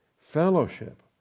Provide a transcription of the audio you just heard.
fellowship